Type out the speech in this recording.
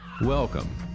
Welcome